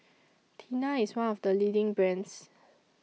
Tena IS one of The leading brands